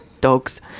dogs